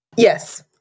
Yes